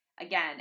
again